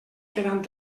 quedant